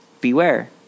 beware